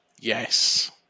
yes